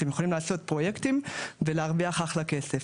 אתם יכולים לעשות פרויקטים ולהרוויח אחלה כסף.